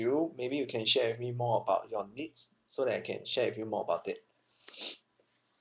you maybe you can share with me more about your needs so that I can share with you more about it